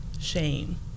shame